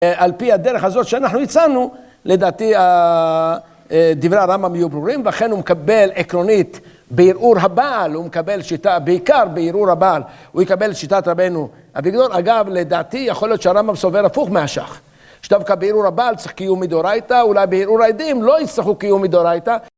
על פי הדרך הזאת שאנחנו הצענו, לדעתי, דברי הרמב״ם יהיו ברורים, ואכן הוא מקבל עקרונית בערעור הבעל, הוא מקבל שיטה, בעיקר בערעור הבעל, הוא יקבל שיטת רבנו אביגדור. אגב, לדעתי, יכול להיות שהרמב״ם סובר הפוך מהש"ך. שדווקא בערעור הבעל צריך קיום מדאורייתא, אולי בערעור העדים לא יצטרכו קיום מדאורייתא.